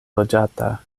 loĝata